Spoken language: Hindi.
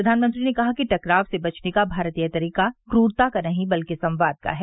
प्रधानमंत्री ने कहा कि टकराव से बचने का भारतीय तरीका क्ररता का नहीं बल्कि संवाद का है